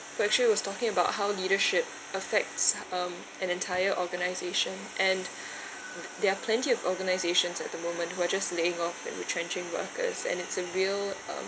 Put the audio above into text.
who actually was talking about how leadership effects um an entire organisation and there are plenty of organisations at the moment who are just laying off and retrenching workers and it's a real um